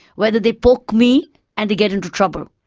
whether they poke me and they get into trouble,